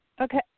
Okay